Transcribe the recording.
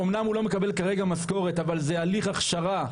אמנם הוא לא מקבל כרגע משכורת אבל זה הליך הכשרה.